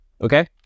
okay